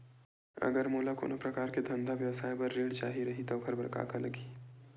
अगर मोला कोनो प्रकार के धंधा व्यवसाय पर ऋण चाही रहि त ओखर बर का का लगही?